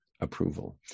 approval